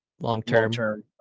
long-term